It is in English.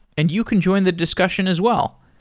and you can join the discussion as well.